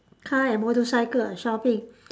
car and motorcycle and shopping